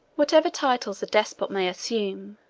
whatever titles a despot may assume,